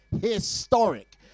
Historic